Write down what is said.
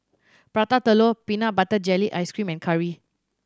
Prata Telur peanut butter jelly ice cream and curry